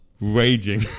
raging